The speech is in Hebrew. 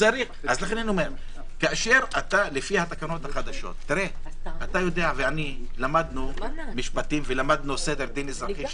לכן כשאתה לפי התקנות החדשות אתה ואני למדנו משפטים וסדר דין אזרחי,